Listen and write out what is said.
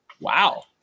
Wow